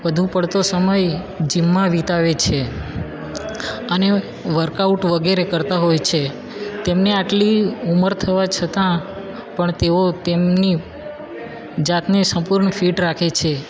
વધુ પડતો સમય જિમમાં વિતાવે છે અને વર્કઆઉટ વગેરે કરતાં હોય છે તેમની આટલી ઉમર થવા છતાં પણ તેઓ તેમની જાતને સંપૂર્ણ ફિટ રાખે છે